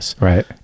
Right